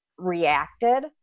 reacted